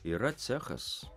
yra cechas